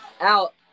Out